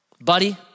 buddy